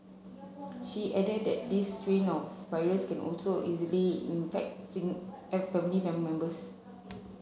she added that this strain of virus can also easily infect family members